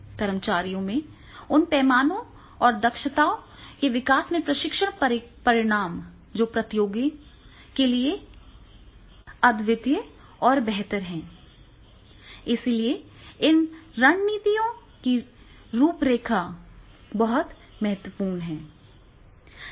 कर्मचारियों में उन पैमानों और दक्षताओं के विकास में प्रशिक्षण परिणाम जो प्रतियोगियों के लिए अद्वितीय और बेहतर हैं इसलिए इन रणनीतियों की रूपरेखा बहुत महत्वपूर्ण है